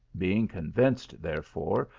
being con vinced, therefore,